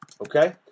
Okay